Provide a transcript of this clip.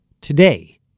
today